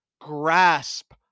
grasp